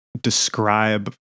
describe